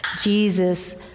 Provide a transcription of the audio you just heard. Jesus